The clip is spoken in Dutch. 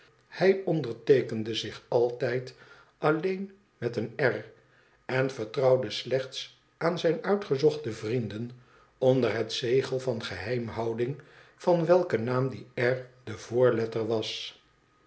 hij onderteekende zich altijd alleen met eene r en ver trouwde slechts aan zijn uitgezochte vrienden onder het zegel van geheimhouding van welken naam die r de voorletter was